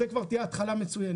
זאת כבר תהיה התחלה מצוינת.